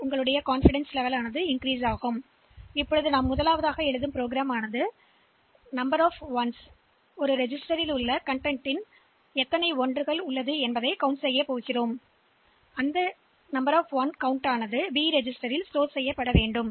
நாங்கள் கருதும் முதல் நிரல் டி பதிவின் உள்ளடக்கத்தில் உள்ள எண்ணிக்கையை எண்ணுவதும் எண்ணிக்கையை பிபதிவேட்டில் சேமிப்பதும் ஆகும்